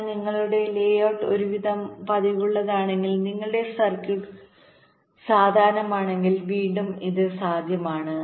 എന്നാൽ നിങ്ങളുടെ layout ഒരുവിധം പതിവുള്ളതാണെങ്കിൽ നിങ്ങളുടെ സർക്യൂട്ട് സാധാരണമാണെങ്കിൽ വീണ്ടും ഇത് സാധ്യമാണ്